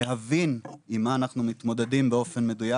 להבין עם מה אנחנו מתמודדים באופן מדויק